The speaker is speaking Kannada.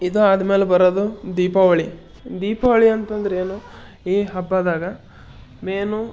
ಇದು ಆದ್ಮೇಲೆ ಬರೋದು ದೀಪಾವಳಿ ದೀಪಾವಳಿ ಅಂತಂದರೇನು ಈ ಹಬ್ಬದಾಗ ಮೇನು